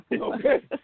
Okay